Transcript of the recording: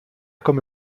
come